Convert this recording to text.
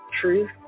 truth